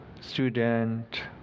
student